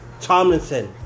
Tomlinson